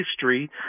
history